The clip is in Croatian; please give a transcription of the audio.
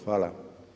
Hvala.